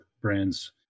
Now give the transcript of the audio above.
brands